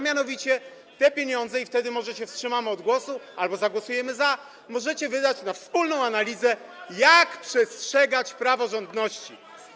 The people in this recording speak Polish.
Mianowicie te pieniądze, i wtedy może się wstrzymamy od głosu albo zagłosujemy za, możecie wydać na wspólną analizę, jak przestrzegać praworządności.